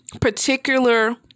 particular